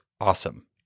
awesome